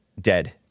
dead